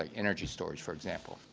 like energy storage, for example.